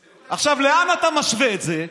עכשיו, למה אתה משווה את זה?